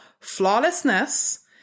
flawlessness